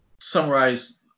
summarize